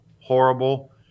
horrible